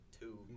two